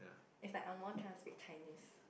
is like Ang-Mo transcript Chinese